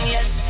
Yes